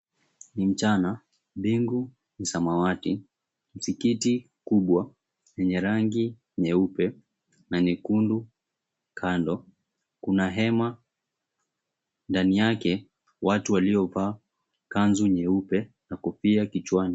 Ni mchana mbingu ni samawati msikiti kubwa yenye rangi nyeupe na nyekundu kando kuna hema, ndani yake watu waliovaa kanzu nyeupe na kofia kichwani.